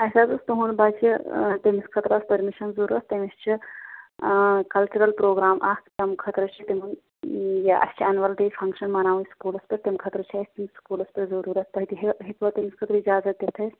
اَسہِ حظ اوس تُہُنٛد بَچہٕ تٔمِس خٲطرِٕ ٲس پٔرمِشَن ضروٗرت تٔمِس چھِ کَلچرَل پرٛوگرام اَکھ تَمہِ خٲطرٕ چھُ تُہُنٛد یہِ اَسہِ چھُ اینِول ڈیے فنٛگشن مَناوُن سکوٗلَس پیٚٹھ تَمہِ خٲطرٕ چھُ اَسہِ یہِ سکوٗلَس پیٚٹھ ضرٗورتھ تُہۍ ہیٚکو ہیٚکوٕ تٔمِس خٲطرٕ اِجازت دِتھ اَسہِ